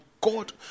god